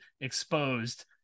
exposed